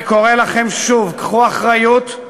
אני קורא לכם שוב: קחו אחריות,